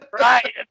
Right